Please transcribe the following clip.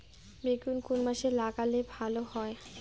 বেগুন কোন মাসে লাগালে ভালো হয়?